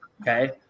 Okay